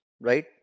right